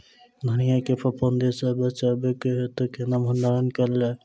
धनिया केँ फफूंदी सऽ बचेबाक हेतु केना भण्डारण कैल जाए?